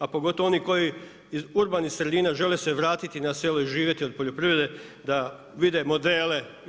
A pogotovo oni koji iz urbanih sredina žele se vratiti na selo i živjeti od poljoprivrede da vide modele.